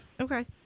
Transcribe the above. Okay